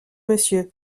monsieur